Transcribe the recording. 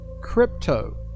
crypto